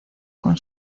con